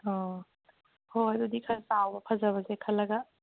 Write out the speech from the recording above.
ꯑꯣ ꯍꯣꯏ ꯍꯣꯏ ꯑꯗꯨꯗꯤ ꯈꯔ ꯆꯥꯎꯕ ꯐꯖꯕꯁꯦ ꯈꯜꯂꯒ